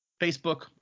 Facebook